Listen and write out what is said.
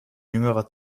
jüngerer